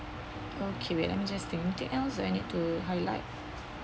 okay wait let me just think of anything else so I need to highlight